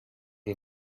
you